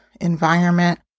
environment